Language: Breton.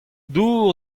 dour